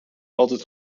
altijd